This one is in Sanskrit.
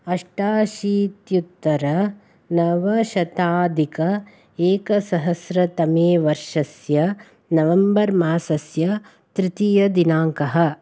अष्टाशीत्युत्तरनवशताधिक एकसहस्रतमे वर्षस्य नवेम्बर् मासस्य तृतीयदिनाङ्कः